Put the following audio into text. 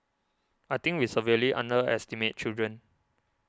I think we severely underestimate children